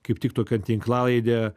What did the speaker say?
kaip tik tokią tinklalaidę